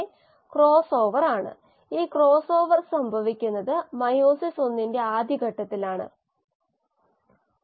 അവയിൽ ചിലത് μmSnKsSn ഇതിനെ മോസർ മോഡൽ എന്ന് വിളിക്കുന്നു അവിടെ നമുക്ക് മോഡലിന്റെ പാരാമീറ്ററുകളായി mu m K s n എന്നിവയുണ്ട്